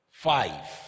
Five